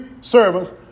servants